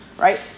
Right